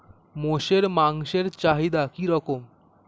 মোষের মাংসের চাহিদা কি রকম?